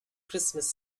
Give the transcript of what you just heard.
christmas